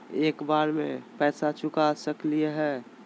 एक बार में पैसा चुका सकालिए है?